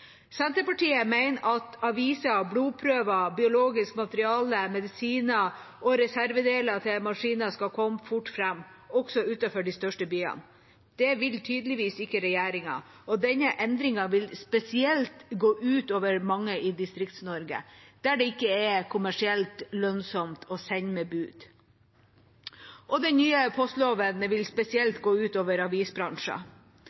Senterpartiet mener at aviser, blodprøver, biologisk materiale, medisiner og reservedeler til maskiner skal komme fort fram, også utenfor de største byene. Det vil tydeligvis ikke regjeringa. Denne endringen vil spesielt gå ut over mange i Distrikts-Norge, der det ikke er kommersielt lønnsomt å sende med bud. Den nye postloven vil